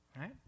right